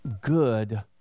good